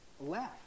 left